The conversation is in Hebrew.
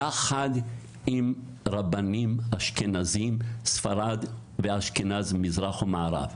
יחד עם רבנים אשכנזים, ספרד ואשכנז, מזרח ומערב.